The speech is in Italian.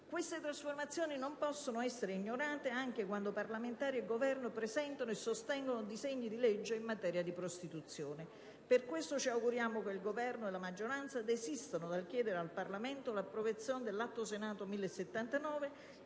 Queste trasformazioni non possono essere ignorate anche quando parlamentari e Governo presentano e sostengono disegni di legge in materia di prostituzione. Per questo ci auguriamo che il Governo e la maggioranza desistano dal chiedere al Parlamento l'approvazione dell'Atto Senato n.